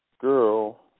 girl